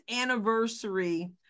anniversary